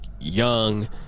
young